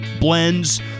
blends